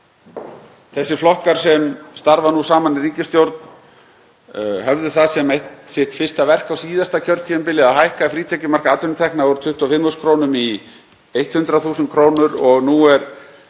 Þeir flokkar sem starfa nú saman í ríkisstjórn höfðu það sem eitt sitt fyrsta verk á síðasta kjörtímabili að hækka frítekjumark atvinnutekna úr 25 þús. kr. í 100 þús. kr. og nú er